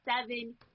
seven